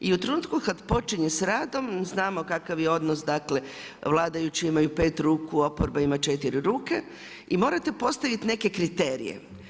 I u trenutku kada počinje s radom, znamo kakav je odnos, dakle, vladajući imaju 5 ruku, oporba ima 4 ruke i morate postaviti neke kriterije.